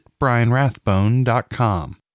brianrathbone.com